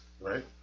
Right